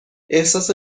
احساس